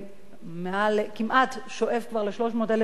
ושואף כבר ל-300,000 סטודנטים,